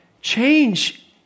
change